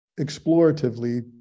exploratively